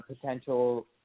potential